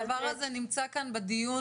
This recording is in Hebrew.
הדבר הזה נמצא כאן בדיון.